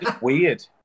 Weird